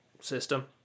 system